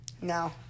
No